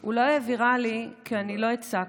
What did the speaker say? הוא לא יהיה ויראלי כי אני לא אצעק,